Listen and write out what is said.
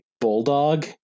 bulldog